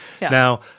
Now